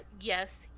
yes